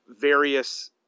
various